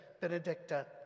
Benedicta